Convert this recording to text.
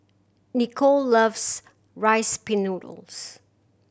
Nicole loves Rice Pin Noodles